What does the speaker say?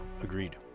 Agreed